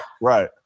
Right